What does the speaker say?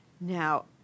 Now